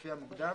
לפי המוקדם.